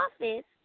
office